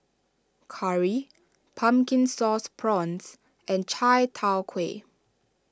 Curry Pumpkin Sauce Prawns and Chai Tow Kway